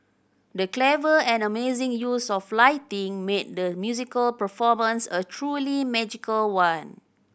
the clever and amazing use of lighting made the musical performance a truly magical one